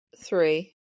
three